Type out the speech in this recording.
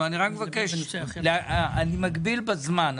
אני רק מבקש להגביל בזמן,